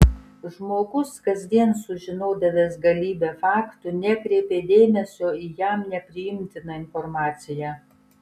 žmogus kasdien sužinodavęs galybę faktų nekreipė dėmesio į jam nepriimtiną informaciją